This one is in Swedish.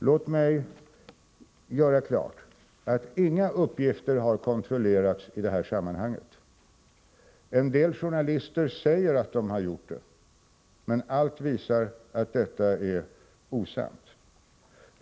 Låt mig göra klart, att inga uppgifter har kontrollerats i detta sammanhang. En del journalister säger att de har gjort det, men allt visar att det är osant.